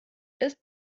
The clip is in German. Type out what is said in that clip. ist